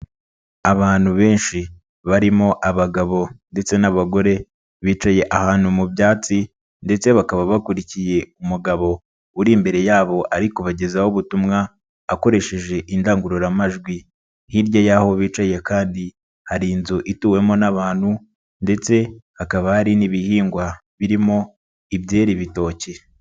Abantu benshi barimo abagabo ndetse n'abagore. Bicaye ahantu mu byatsi ndetse bakaba bakurikiye umugabo uri imbere yabo ari kubagezaho ubutumwa akoresheje indangururamajwi. Hirya y'aho bicaye kandi hari inzu ituwemo n'abantu ndetse hakaba hari n'ibihingwa birimo ibyera ibitoki.